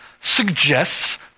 suggests